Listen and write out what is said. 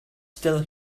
still